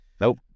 nope